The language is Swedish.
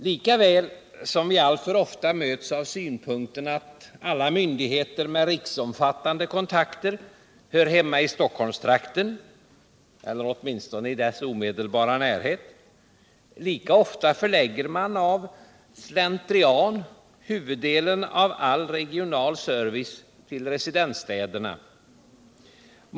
Lika väl som vi alltför ofta möts av synpunkten att alla myndigheter med riksomfattande kontakter hör hemma i Stockholmstrakten, eller åtminstone i dess omedelbara närhet, lika ofta förlägger man av slentrian huvuddelen av all regional service till residensstäderna.